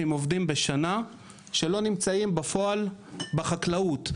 עובדים בשנה שלא נמצאים בפועל בחקלאות.